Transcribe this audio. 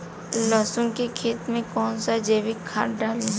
लहसुन के खेत कौन सा जैविक खाद डाली?